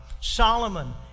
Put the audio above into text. Solomon